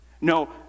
No